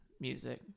music